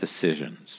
decisions